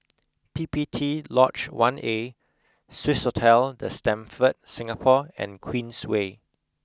P P T Lodge one A Swissotel the Stamford Singapore and Queensway